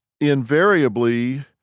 invariably